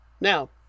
Now